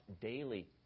daily